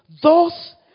Thus